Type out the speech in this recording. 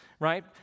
Right